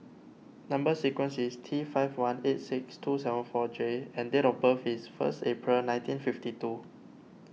Number Sequence is T five one eight six two seven four J and date of birth is first April nineteen fifty two